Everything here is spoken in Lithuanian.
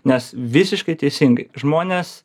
nes visiškai teisingai žmonės